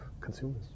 consumers